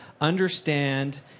understand